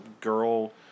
girl